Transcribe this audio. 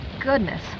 goodness